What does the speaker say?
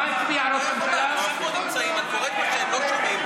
אינו נוכח צחי הנגבי,